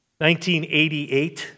1988